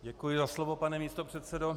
Děkuji za slovo, pane místopředsedo.